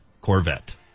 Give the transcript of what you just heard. Corvette